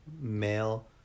male